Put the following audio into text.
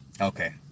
Okay